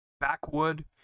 backwood